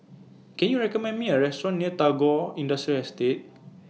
Can YOU recommend Me A Restaurant near Tagore Industrial Estate